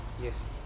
Yes